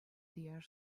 diğer